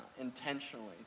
intentionally